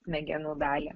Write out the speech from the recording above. smegenų dalį